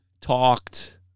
talked